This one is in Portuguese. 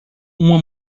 uma